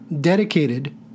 dedicated